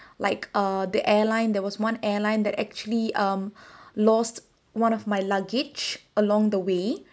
like uh the airline there was one airline that actually um lost one of my luggage along the way